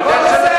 אני יודע שאין לך,